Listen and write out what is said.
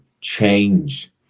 Change